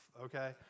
okay